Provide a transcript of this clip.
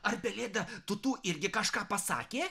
ar pelėda tū tū irgi kažką pasakė